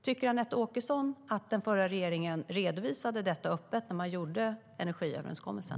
Tycker Anette Åkesson att den förra regeringen redovisade detta öppet när man gjorde energiöverenskommelsen?